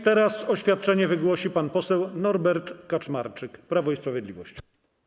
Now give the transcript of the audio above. Teraz oświadczenie wygłosi pan poseł Norbert Kaczmarczyk, Prawo i Sprawiedliwość.